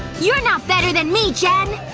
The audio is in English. you're not better than me, jen!